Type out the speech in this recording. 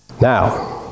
Now